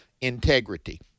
integrity